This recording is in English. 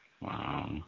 Wow